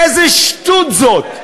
איזה שטות זאת.